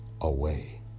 away